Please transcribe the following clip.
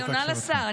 אני עונה לשר.